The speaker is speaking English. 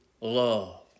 love